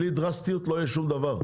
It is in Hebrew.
בלי דרסטיות לא יהיה שום דבר.